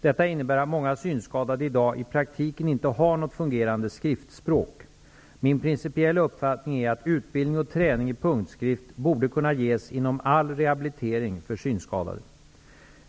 Detta innebär att många synskadade i dag i praktiken inte har något fungerande skriftspråk. Min principiella uppfattning är att utbildning och träning i punktskrift borde kunna ges inom all rehabilitering för synskadade.